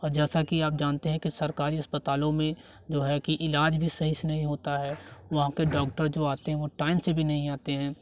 और जैसा कि आप जानते हैं कि सरकारी अस्पतालों में जो है कि इलाज भी सही से नहीं होता है वहाँ पर डॉक्टर जो आते हैं वो टाइम से भी नहीं आते हैं